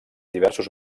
diversos